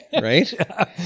right